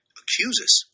accuses